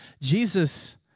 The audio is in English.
Jesus